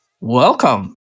welcome